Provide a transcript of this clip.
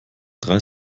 drei